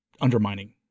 undermining